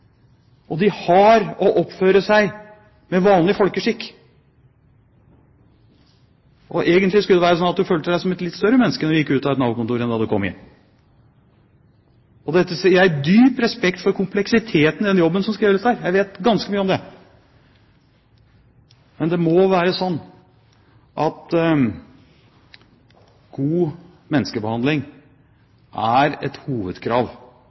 og de har å oppføre seg med vanlig folkeskikk. Egentlig skulle det være slik at du følte deg som et litt større menneske når du gikk ut av et Nav-kontor enn når du kom inn. Dette sier jeg i dyp respekt for kompleksiteten i den jobben som skal gjøres der – jeg vet ganske mye om det. Men det må være slik at god menneskebehandling er et hovedkrav